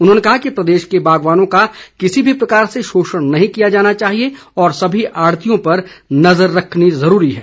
उन्होंने कहा है कि प्रदेश के बागवानों का किसी भी प्रकार से शोषण नहीं किया जाना चाहिए और सभी आड़तियों पर नज़र रखनी जरूरी है